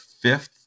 fifth